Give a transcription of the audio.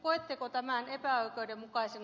koetteko tämän epäoikeudenmukaisena